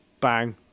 bang